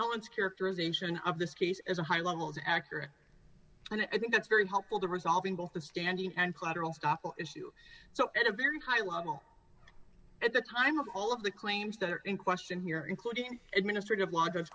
appellant's characterization of this case as a high level is accurate and i think that's very helpful to resolving both the standing and collateral issue so at a very high level at the time of all of the claims that are in question here including administrative law